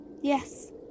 Yes